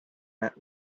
met